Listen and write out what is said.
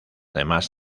demás